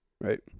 Right